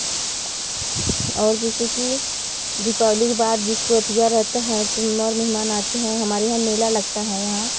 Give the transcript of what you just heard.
और जैसे कि दीपावली के बाद जिसको अथुआ रहता है तो मर मेहमान आते हैं हमारे यहाँ मेला लगता है यहाँ